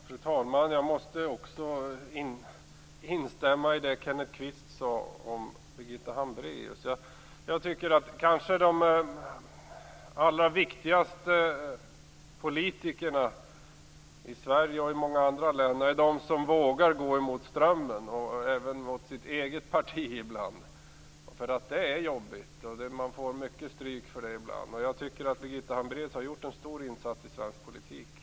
Fru talman! Jag måste också instämma i det Kenneth Kvist sade om Birgitta Hambraeus. De allra viktigaste politikerna i Sverige och i många andra länder är de som vågar gå mot strömmen - även mot det egna partiet. Det är jobbigt. Man får ibland mycket stryk. Birgitta Hambraeus har gjort en stor insats i svensk politik.